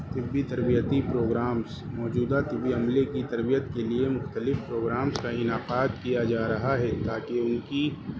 طبی تربیتی پروگرامس موجودہ طبی عملے کی تربیت کے لیے مختلف پروگرامس کا انعقاد کیا جا رہا ہے تاکہ ان کی